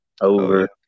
over